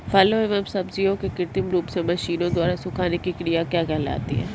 फलों एवं सब्जियों के कृत्रिम रूप से मशीनों द्वारा सुखाने की क्रिया क्या कहलाती है?